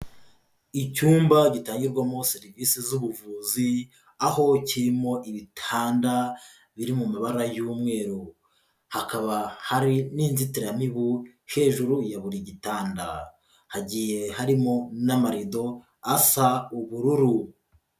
Icyumba gitangirwamo serivisi z'ubuvuzi aho kirimo ibitanda biri mu mabara y'umweru, hakaba hari n'inzitiramibu hejuru ya buri gitanda, hagiye harimo n'amarido asa ubururu.